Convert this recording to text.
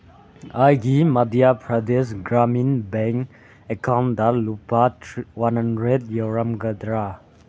ꯑꯩꯒꯤ Madhya Pradesh Gramin bank account ꯂꯨꯄꯥ one hundred ꯌꯥꯎꯔꯝꯒꯗ꯭ꯔꯥ